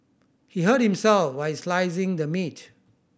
he hurt himself while slicing the meat